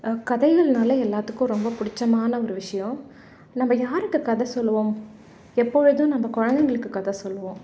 கதைகள்னாலே எல்லாத்துக்கும் ரொம்ப பிடிச்சமான ஒரு விஷயம் நம்ம யாருக்குக் கதை சொல்லுவோம் எப்பொழுதும் நம்ம குழந்தைங்களுக்குக் கதை சொல்லுவோம்